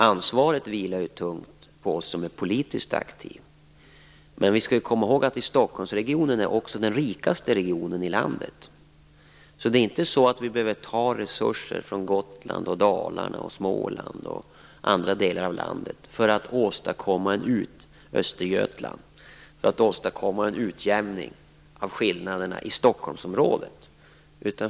Ansvaret vilar tungt på oss som är politiskt aktiva, men vi skall komma ihåg att Stockholmsregionen också är den rikaste i landet. Det är alltså inte så att vi behöver ta resurser från Gotland, Dalarna, Småland, Östergötland och andra delar av landet för att åstadkomma en utjämning av skillnaderna i Stockholmsområdet.